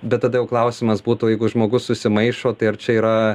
bet tada jau klausimas būtų jeigu žmogus susimaišo tai ar čia yra